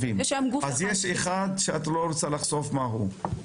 גוף אחד שאת לא רוצה לחשוף מהו.